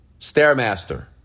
Stairmaster